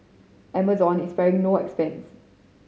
Amazon is sparing no expense